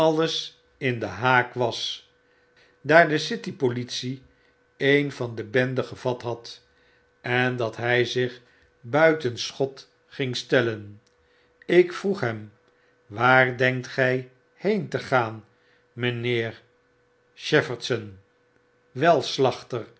in den haak was daar de cyti politie een van de bende gevat had en dat hy ziph buiten schot ging stellen ik vroeg hem waar denkt gy heen te gaan mynheer